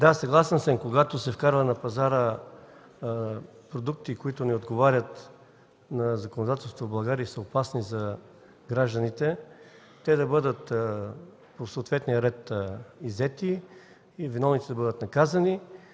Да, съгласен съм, че когато се вкарват на пазара продукти, които не отговарят на законодателството в България и са опасни за гражданите, те да бъдат иззети по съответния ред и виновните да бъдат наказани,